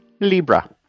Libra